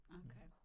okay